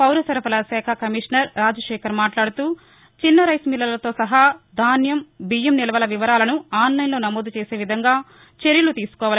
పౌరసరఫరాల శాఖ కమిషనర్ రాజశేఖర్ మాట్లాడుతూ చిన్న రైస్ మిల్లర్లతో సహా ధాన్యం బియ్యం నిల్వల వివరాలను ఆన్లైన్లో నమోదు చేసేవిధంగా చర్యలు తీసుకోవాలన్నారు